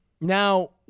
Now